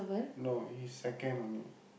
no he second only